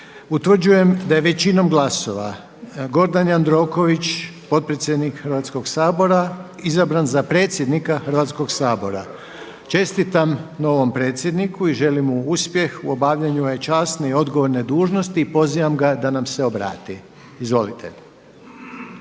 Utvrđujem da je većinom glasova Gordan Jandroković, potpredsjednik Hrvatskog sabora izabran za predsjednika Hrvatskog sabora. Čestitam novom predsjedniku i želim mu uspjeh u obavljanju ove časne i odgovorne dužnosti i pozivam ga da nam se obrati. Izvolite.